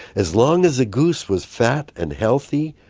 as long as the goose was fat and healthy,